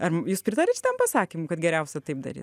ar jūs pritariat šiam pasakymui kad geriausia taip daryt